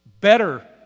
Better